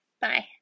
Bye